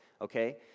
Okay